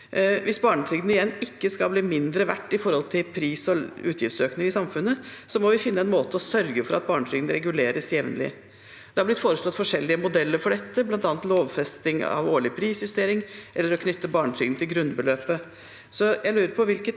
Hvis barnetrygden igjen ikke skal bli mindre verdt i forhold til pris- og utgiftsøkningen i samfunnet, må vi finne en måte å sørge for at barnetrygden reguleres jevnlig. Det har blitt foreslått forskjellige modeller for dette, bl.a. lovfesting av årlig prisjustering, eller å knytte barnetrygden til grunnbeløpet.